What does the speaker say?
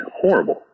horrible